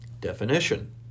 Definition